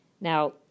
Now